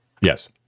Yes